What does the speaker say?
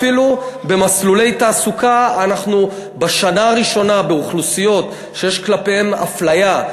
אפילו במסלולי תעסוקה אנחנו בשנה הראשונה באוכלוסיות שיש כלפיהן אפליה,